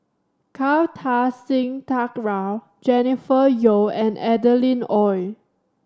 Kartar Singh Thakral Jennifer Yeo and Adeline Ooi